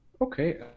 Okay